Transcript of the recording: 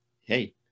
hey